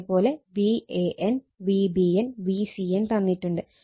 അതേ പോലെ Van Vbn Vcn തന്നിട്ടുണ്ട്